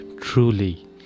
truly